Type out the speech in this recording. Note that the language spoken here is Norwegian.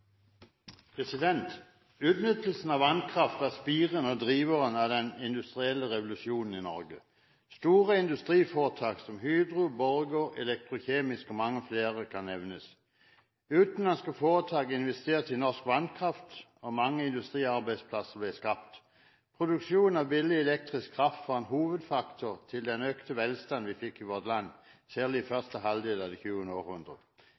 spiren til og drivkraften bak den industrielle revolusjonen i Norge. Store industriforetak som Hydro, Borregaard, Elektrokemisk og mange flere kan nevnes. Utenlandske foretak investerte i norsk vannkraft, og mange industriarbeidsplasser ble skapt. Produksjonen av billig elektrisk kraft var en hovedfaktor til den økte velstand vi fikk i vårt land, særlig i første halvdel av det tjuende